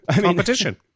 competition